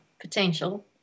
potential